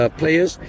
players